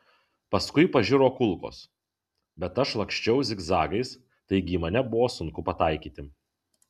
paskui pažiro kulkos bet aš laksčiau zigzagais taigi į mane buvo sunku pataikyti